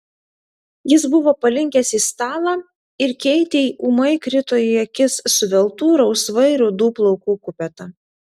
jis buvo palinkęs į stalą ir keitei ūmai krito į akis suveltų rausvai rudų plaukų kupeta